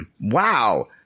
wow